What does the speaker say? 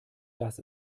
dass